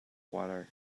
water